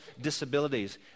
disabilities